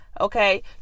Okay